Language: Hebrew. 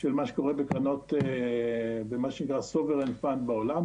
של מה קורה בקרנות ומה שנקרא "Sober & Fun" בעולם,